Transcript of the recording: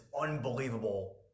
unbelievable